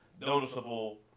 noticeable